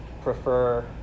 prefer